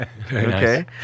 okay